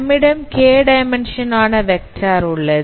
நம்மிடம் k dimension ஆன vector உள்ளது